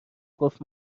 گفت